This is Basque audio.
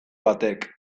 batek